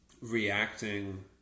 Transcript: reacting